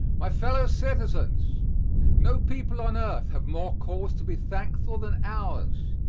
my fellow citizens no people on earth have more cause to be thankful than ours,